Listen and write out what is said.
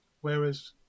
Whereas